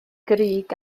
grug